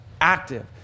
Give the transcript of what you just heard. Active